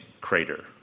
crater